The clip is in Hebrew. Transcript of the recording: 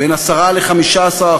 בין 10% ל-15%,